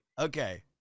okay